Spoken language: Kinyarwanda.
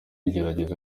igerageza